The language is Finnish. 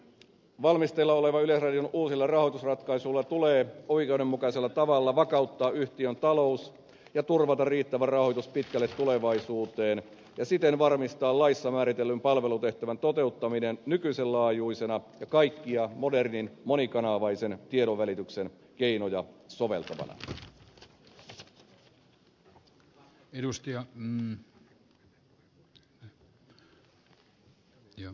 valmisteilla olevilla yleisradion uusilla rahoitusratkaisuilla tulee oikeudenmukaisella tavalla vakauttaa yhtiön talous ja turvata riittävä rahoitus pitkälle tulevaisuuteen ja siten varmistaa laissa määritellyn palvelutehtävän toteuttaminen nykyisen laajuisena ja kaikkia modernin monikanavaisen tiedonvälityksen keinoja soveltavana